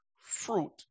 fruit